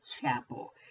chapel